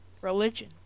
Religion